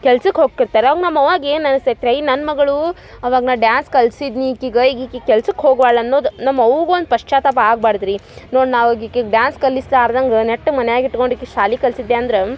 ಕೆಲ್ಸಕ್ಕೆ ಹೋಗ್ಕಿರ್ತಾರ ಅವಾಗ ನಮ್ಮವ್ವಗೆ ಏನು ಅನಸ್ತೈತೆ ರೀ ಐ ನನ್ನ ಮಗಳು ಅವಾಗ ನಾ ಡ್ಯಾನ್ಸ್ ಕಲ್ಸಿದ್ನಿ ಈಕಿಗ ಈಗ ಈಕಿ ಕೆಲಸಕ್ಕೆ ಹೋಗುವಾಳ ಅನ್ನೋದು ನಮ್ಮವ್ವುಗು ಒಂದು ಪಶ್ಚ್ಯಾತಾಪ ಆಗ್ಬಾಡ್ದ ರೀ ನೋಡಿ ನಾವ್ಗ ಈಕಿಗೆ ಡ್ಯಾನ್ಸ್ ಕಲಿಸ್ಲಾರ್ದಂಗೆ ನೆಟ್ಟಗೆ ಮನ್ಯಾಗೆ ಇಟ್ಕೊಂಡು ಈಕಿ ಶಾಲೆ ಕಲ್ಸಿದ್ದೆ ಅಂದ್ರ